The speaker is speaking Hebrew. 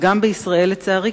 וגם בישראל לצערי,